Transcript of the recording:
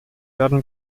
werden